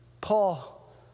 Paul